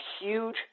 huge